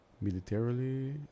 militarily